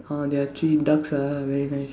!huh! there are three ducks ah very nice